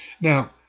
Now